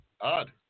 Odd